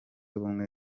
ubumwe